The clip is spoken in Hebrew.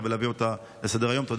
ולהביא אותה לסדר-היום במהירות האפשרית.